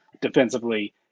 defensively